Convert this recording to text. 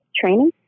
training